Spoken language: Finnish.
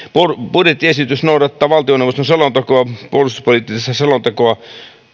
budjettiesitys noudattaa valtioneuvoston puolustuspoliittista selontekoa